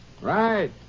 Right